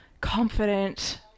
confident